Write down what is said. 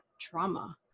trauma